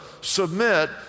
submit